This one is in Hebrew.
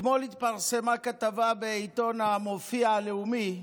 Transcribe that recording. אתמול התפרסמה כתבה בעיתון "המופיע הלאומי"